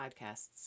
podcasts